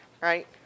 right